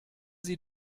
sie